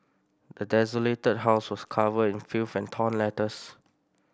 the desolated house was covered in filth and torn letters